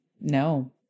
no